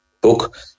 book